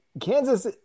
Kansas